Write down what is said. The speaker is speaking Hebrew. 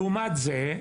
לעומת זה,